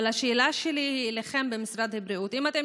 אבל השאלה שלי היא אליכם במשרד הבריאות: אם אתם